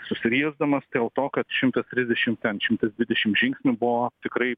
susiriesdamas dėl to kad šimtas trisdešim ten šimtas dvidešim žingsnių buvo tikrai